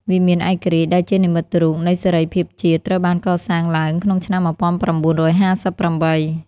វិមានឯករាជ្យដែលជានិមិត្តរូបនៃសេរីភាពជាតិ ត្រូវបានកសាងឡើងក្នុងឆ្នាំ ១៩៥៨។